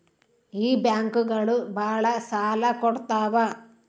ಈ ಬ್ಯಾಂಕುಗಳು ಭಾಳ ಸಾಲ ಕೊಡ್ತಾವ